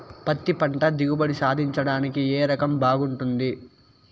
పత్తి పంట దిగుబడి సాధించడానికి ఏ రకం బాగుంటుంది?